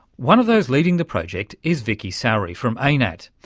one of those leading the project is vicki sowry from anat,